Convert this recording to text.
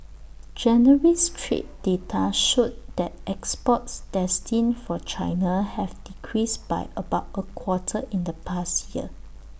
January's trade data showed that exports destined for China have decreased by about A quarter in the past year